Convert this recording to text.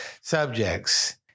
subjects